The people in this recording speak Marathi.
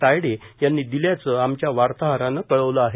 तायडे यांनी दिल्याचं आमच्या वार्ताहरानं कळवलं आहे